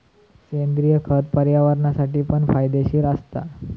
सेंद्रिय खत पर्यावरणासाठी पण फायदेशीर असता